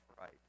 right